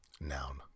Noun